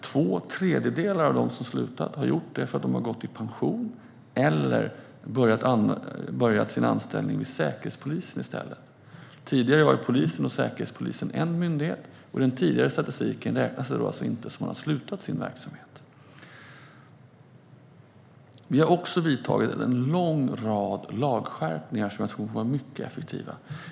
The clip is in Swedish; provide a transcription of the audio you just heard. Två tredjedelar av dem som har slutat har gjort det för att de har gått i pension eller för att de i stället har fått anställning hos Säkerhetspolisen. Tidigare var polisen och Säkerhetspolisen en myndighet. Enligt den tidigare statistiken räknades det inte som att dessa poliser hade slutat sin verksamhet. Vi har också genomfört en lång rad lagskärpningar som jag tror kommer att vara effektiva.